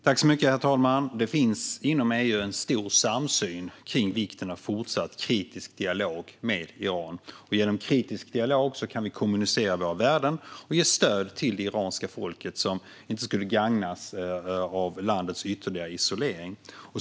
Herr talman! Det finns inom EU en stor samsyn i fråga om vikten av fortsatt kritisk dialog med Iran. Genom kritisk dialog kan vi kommunicera våra värden och ge stöd till det iranska folket, som inte skulle gagnas av landets ytterligare isolering.